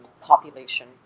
population